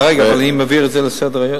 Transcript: אני מעביר את זה לפרוטוקול?